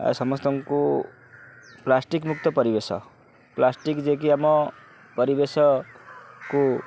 ଆଉ ସମସ୍ତଙ୍କୁ ପ୍ଲାଷ୍ଟିକମୁକ୍ତ ପରିବେଶ ପ୍ଲାଷ୍ଟିକ ଯିଏକି ଆମ ପରିବେଶକୁ